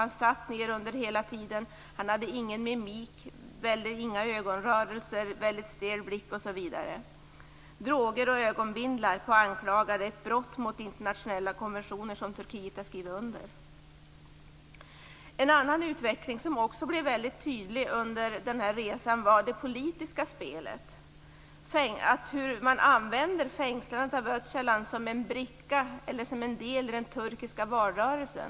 Han satt ned hela tiden, han hade ingen mimik och han hade inga ögonrörelser och väldigt stel blick. Droger och ögonbindlar på anklagade är ett brott mot internationella konventioner som Turkiet har skrivit under. En annan utveckling som också blev väldigt tydlig under den här resan var det politiska spelet, hur man använder fängslandet av Öcalan som en del i den turkiska valrörelsen.